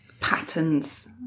patterns